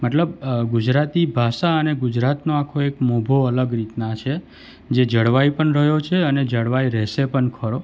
મતલબ ગુજરાતી ભાષા અને ગુજરાતનો આખો એક મોભો અલગ રીતના છે જે જળવાઈ પણ રહ્યો છે અને જળવાઈ રહેશે પણ ખરો